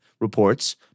reports